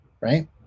right